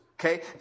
Okay